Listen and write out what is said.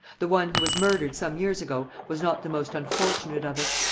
the one who was murdered some years ago was not the most unfortunate of us.